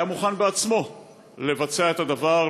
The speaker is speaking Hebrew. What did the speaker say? היה מוכן בעצמו לבצע את הדבר,